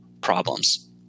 problems